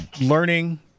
learning